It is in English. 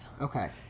Okay